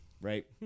right